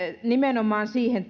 nimenomaan siihen